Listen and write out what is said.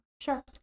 Sure